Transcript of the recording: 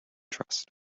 trust